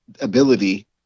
ability